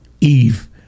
Eve